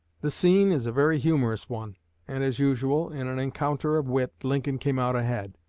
the scene is a very humorous one and, as usual in an encounter of wit, lincoln came out ahead.